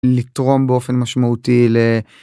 לתרום באופן משמעותי ל...